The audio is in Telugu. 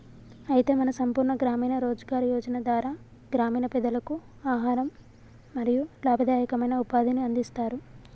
అయితే మన సంపూర్ణ గ్రామీణ రోజ్గార్ యోజన ధార గ్రామీణ పెదలకు ఆహారం మరియు లాభదాయకమైన ఉపాధిని అందిస్తారు